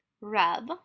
rub